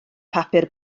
papur